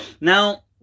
Now